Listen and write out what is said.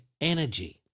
energy